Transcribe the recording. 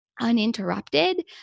uninterrupted